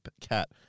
cat